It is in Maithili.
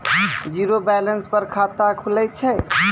जीरो बैलेंस पर खाता खुले छै?